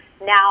Now